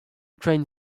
train